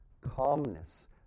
calmness